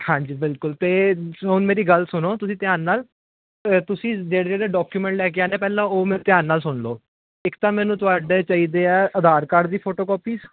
ਹਾਂਜੀ ਬਿਲਕੁਲ ਅਤੇ ਹੁਣ ਮੇਰੀ ਗੱਲ ਸੁਣੋ ਤੁਸੀਂ ਧਿਆਨ ਨਾਲ ਤੁਸੀਂ ਜਿਹੜੇ ਜਿਹੜੇ ਡਾਕੂਮੈਂਟ ਲੈ ਕੇ ਆਉਂਦੇ ਪਹਿਲਾਂ ਉਹ ਮੈਨੂੰ ਧਿਆਨ ਨਾਲ ਸੁਣ ਲਓ ਇੱਕ ਤਾਂ ਮੈਨੂੰ ਤੁਹਾਡੇ ਚਾਹੀਦੇ ਆ ਆਧਾਰ ਕਾਰਡ ਦੀ ਫੋਟੋ ਕਾਪੀ